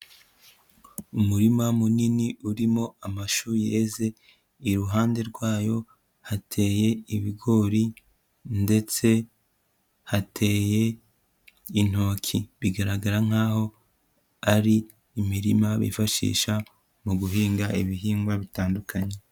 Umurima munini urimo amashu yeze, iruhande rwayo hateye ibigori ndetse hateye intoki, bigaragara nk'aho ari imirima bifashisha mu guhinga ibihingwa bitandukanye.